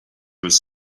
was